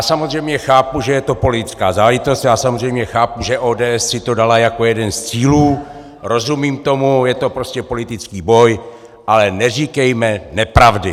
Samozřejmě chápu, že je to politická záležitost, já samozřejmě chápu, že ODS si to dala jako jeden z cílů, rozumím tomu, je to prostě politický boj, ale neříkejme nepravdy.